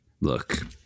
Look